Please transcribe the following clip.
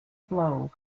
blow